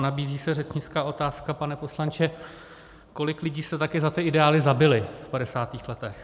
Nabízí se řečnická otázka, pane poslanče, kolik lidí jste taky za ty ideály zabili v padesátých letech.